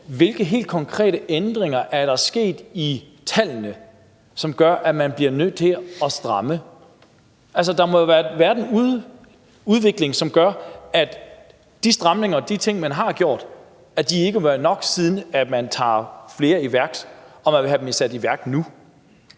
Hvilke helt konkrete ændringer er der sket i tallene, som gør, at man bliver nødt til at lave stramninger? Altså, der må jo have været en udvikling, som gør, at de stramninger og de ting, man har gjort, ikke har været nok, siden man sætter flere i værk og man vil have dem sat i værk nu.